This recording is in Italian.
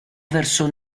verso